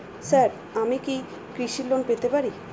Sir আমি কি কৃষি লোন পেতে পারি?